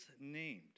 named